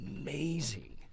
amazing